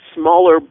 smaller